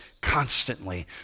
constantly